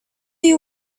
you